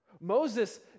Moses